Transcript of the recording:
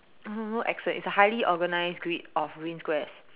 no no accent it's a highly organized grid of green Squares